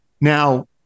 Now